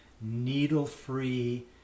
needle-free